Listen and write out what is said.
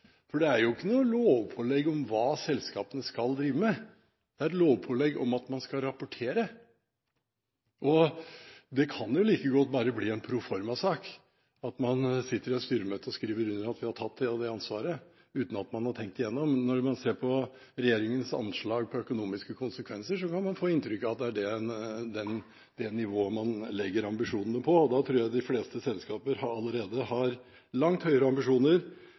Det er jo ikke noe lovpålegg om hva selskapene skal drive med. Det er et lovpålegg om at man skal rapportere. Det kan jo like godt bare bli en proformasak, at man sitter i styremøter og skriver under på at man har tatt det og det ansvaret, men uten at man har tenkt gjennom det. Når man ser på regjeringens anslag for økonomiske konsekvenser, kan man få inntrykk av at det er det nivået man legger ambisjonene på. Da tror jeg de fleste selskaper allerede har langt høyere ambisjoner